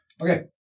Okay